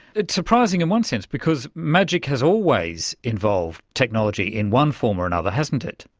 it's surprising in one sense because magic has always involved technology in one form or another, hasn't it.